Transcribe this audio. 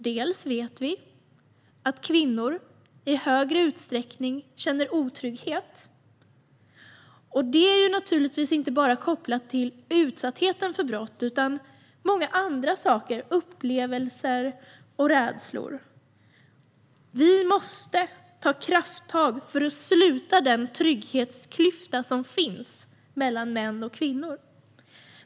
Vi vet att kvinnor i större utsträckning känner otrygghet. Det är inte kopplat bara till utsattheten för brott, utan det är också kopplat till upplevelser och rädslor. Vi måste ta krafttag för att sluta den trygghetsklyfta som finns mellan män och kvinnor.